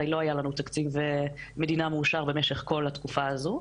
הרי לא היה לנו תקציב מדינה מאושר במשך כל התקופה הזו